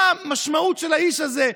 מה המשמעות של האיש הזה?